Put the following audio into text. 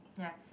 ya